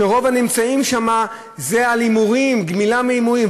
שרוב הנמצאים שם זה על הימורים, גמילה מהימורים.